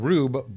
Rube